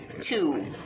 Two